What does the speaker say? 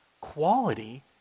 quality